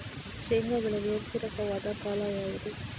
ಶೇಂಗಾ ಬೆಳೆಗೆ ಪೂರಕವಾದ ಕಾಲ ಯಾವುದು?